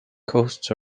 costs